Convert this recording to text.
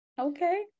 okay